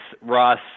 Ross